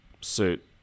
suit